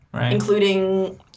including